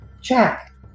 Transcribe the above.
Jack